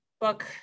book